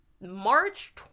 march